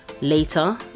later